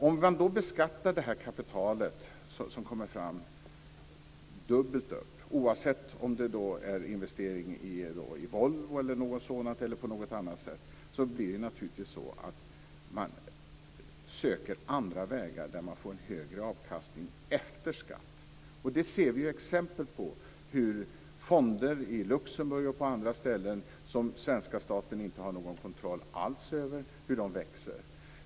Om man beskattar det kapital som kommer fram dubbelt, oavsett om det är investering i Volvo eller i något annat, söker man naturligtvis andra vägar där man får en högre avkastning efter skatt. Det ser vi exempel på. Fonder i Luxemburg och på andra ställen, som svenska staten inte har någon kontroll över, växer.